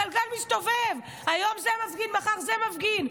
הגלגל מסתובב, היום זה מפגין, ומחר זה מפגין.